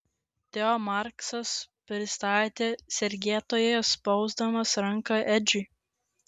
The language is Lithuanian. teo marksas prisistatė sergėtojas spausdamas ranką edžiui